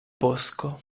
bosco